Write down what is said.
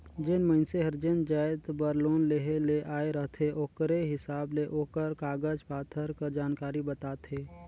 जेन मइनसे हर जेन जाएत बर लोन लेहे ले आए रहथे ओकरे हिसाब ले ओकर कागज पाथर कर जानकारी बताथे